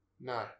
No